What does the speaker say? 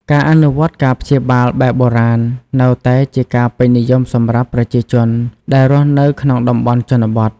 ការអនុវត្តការព្យាបាលបែបបុរាណនៅតែជាការពេញនិយមសម្រាប់ប្រជាជន ដែលរស់នៅក្នុងតំបន់ជនបទ។